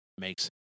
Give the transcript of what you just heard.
makes